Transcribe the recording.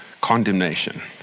condemnation